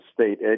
state